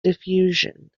diffusion